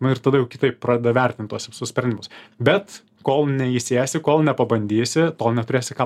nu ir tada jau kitaip pradeda vertint tuos visus sprendimus bet kol neįsėsi kol nepabandysi tol neturėsi ką